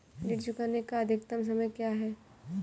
ऋण चुकाने का अधिकतम समय क्या है?